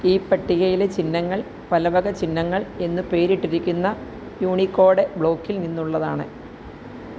ഈ പട്ടികയിലെ ചിഹ്നങ്ങൾ പലവക ചിഹ്നങ്ങൾ എന്ന് പേരിട്ടിരിക്കുന്ന യൂണികോഡ് ബ്ലോക്കിൽ നിന്നുള്ളതാണ്